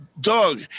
Dog